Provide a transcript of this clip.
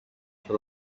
στο